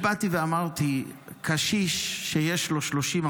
אני באתי ואמרתי: קשיש שיש לו 30,000,